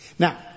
Now